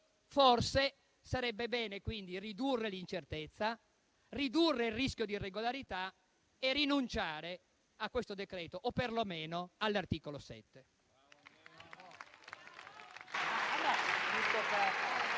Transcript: Forse, sarebbe bene quindi ridurre l'incertezza, ridurre il rischio di irregolarità e rinunciare a questo decreto o perlomeno all'articolo 7.